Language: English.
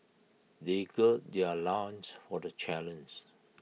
they gird their loins for the